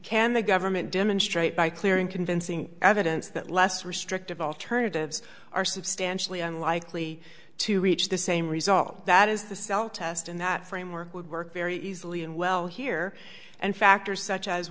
can the government demonstrate by clear and convincing evidence that less restrictive alternatives are substantially unlikely to reach the same result that is the cell test and that framework would work very easily and well here and factors such as